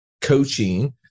coaching